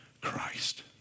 Christ